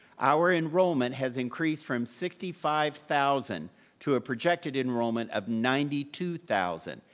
our enrollment has increased from sixty five thousand to a projected enrollment of ninety two thousand,